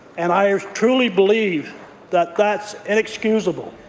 and i um truly believe that that's inexcusable.